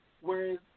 Whereas